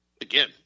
again